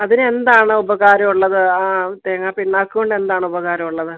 അതിന് എന്താണ് ഉപകാരമുള്ളത് ആ തേങ്ങാ പിണ്ണാക്ക് കൊണ്ട് എന്താണ് ഉപകാരം ഉള്ളത്